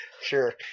Sure